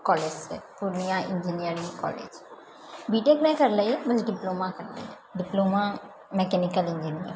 कॉलेजसँ Purnia engineering college BTech नहि करले हियै बस डिप्लोमा करले हियै डिप्लोमा मैकेनिकल इंजीनियर